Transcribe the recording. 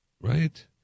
right